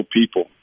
people